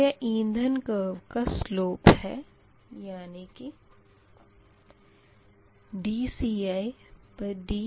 यह इंधन कर्व का स्लोप है यानी की dCidPgi